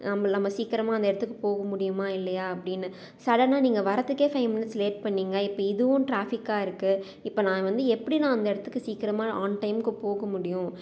நம்பல் நம்ம சீக்கரமாக அந்த இடத்துக்கு போக முடியுமா இல்லையா அப்படீனு சடனாக நீங்கள் வரத்துக்கே ஃபைவ் மினிட்ஸ் லேட் பண்ணீங்க இப்போ இதுவும் ட்ராப்பிக்காக இருக்கு இப்போ நான் வந்து எப்படி நான் அந்த இடத்துக்கு சீக்கிரமாக ஆன்டைம்கு போக முடியும்